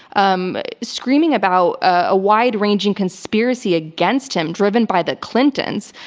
um screaming about a wide ranging conspiracy against him, driven by the clintons,